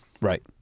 right